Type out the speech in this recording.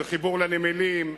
של חיבור לנמלים,